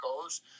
goes